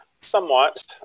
Somewhat